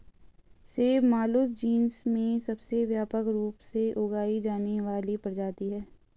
सेब Malus genus में सबसे व्यापक रूप से उगाई जाने वाली प्रजाति है